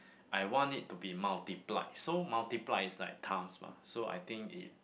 I want it to be multiplied so multiplied is like times mah so I think it